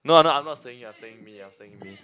no I'm not I'm not saying you I'm saying me I'm saying me